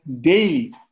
daily